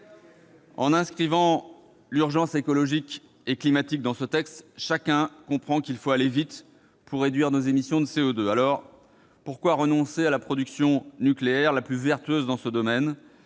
En inscrivant l'urgence écologique et climatique dans ce texte, chacun comprend qu'il faut aller vite pour réduire nos émissions de CO2. Alors pourquoi renoncer à la production nucléaire, la plus vertueuse dans ce domaine ?